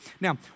Now